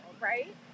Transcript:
right